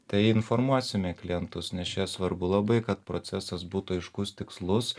tai informuosime klientus nes čia svarbu labai kad procesas būtų aiškus tikslus